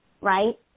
right